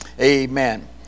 amen